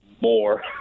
more